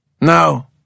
No